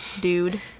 Dude